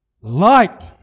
light